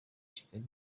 kigali